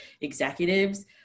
executives